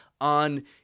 on